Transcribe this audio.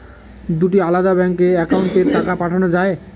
দুটি আলাদা ব্যাংকে অ্যাকাউন্টের টাকা পাঠানো য়ায়?